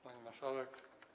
Pani Marszałek!